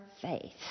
faith